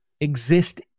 exist